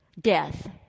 Death